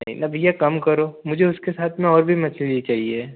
नहीं ना भईया कम करो मुझे उसके साथ में और भी मछली चाहिए है